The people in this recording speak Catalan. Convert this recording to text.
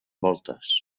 voltes